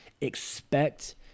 expect